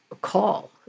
call